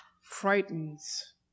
frightens